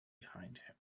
behind